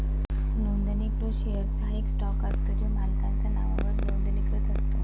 नोंदणीकृत शेअर हा एक स्टॉक असतो जो मालकाच्या नावावर नोंदणीकृत असतो